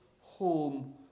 home